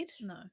No